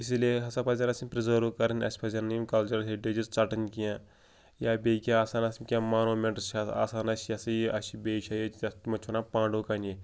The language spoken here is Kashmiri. اسی لیے ہَسا پَزن اَسہِ یِم پِرٛزٲرٕو کَرٕنۍ اَسہِ پَزن یِم کَلچَر ہیرٹیجِز ژَٹٕنۍ کینٛہہ یا بیٚیہِ کینٛہہ آسان آسہِ کینٛہہ مانوٗمٮ۪نٛٹٕس چھِ آسان اَسہِ یہِ ہَسا یہِ اَسہِ چھِ بیٚیہِ چھِ ییٚتہِ تِمَن چھِ وَنان پانڈو کَنہِ